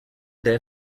their